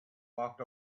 walked